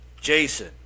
Jason